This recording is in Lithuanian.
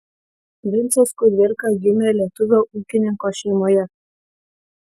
vincas kudirka gimė lietuvio ūkininko šeimoje